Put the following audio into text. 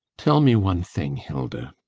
tell me one thing, hilda.